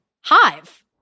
hive